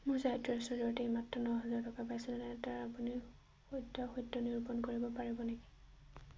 মোৰ চাইট্ৰাছৰ জৰিয়তে এইমাত্ৰ ন হাজাৰ টকা পাইছোনে নাই তাৰ আপুনি সত্যাসত্য নিৰূপণ কৰিব পাৰিব নেকি